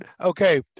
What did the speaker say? Okay